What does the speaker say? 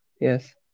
Yes